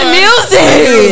music